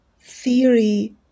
theory